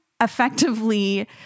effectively